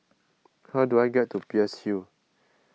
how do I get to Peirce Hill